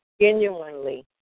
genuinely